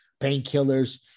Painkillers